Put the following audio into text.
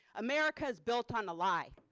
america is built on a lie.